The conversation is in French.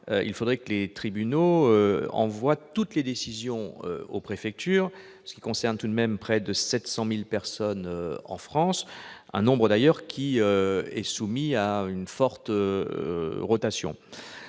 il faudrait que les tribunaux envoient toutes les décisions aux préfectures, ce qui concerne tout de même près de 700 000 personnes en France, un nombre de surcroît soumis à une forte rotation.